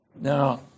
Now